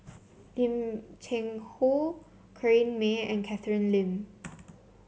Lim Cheng Hoe Corrinne May and Catherine Lim